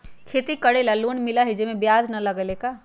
खेती करे ला लोन मिलहई जे में ब्याज न लगेला का?